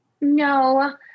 No